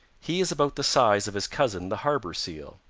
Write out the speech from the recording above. he is about the size of his cousin the harbor seal.